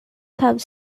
have